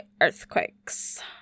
earthquakes